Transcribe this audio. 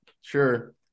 sure